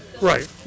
Right